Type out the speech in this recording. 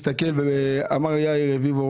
אמר יאיר רביבו,